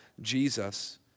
Jesus